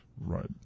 Right